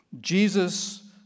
Jesus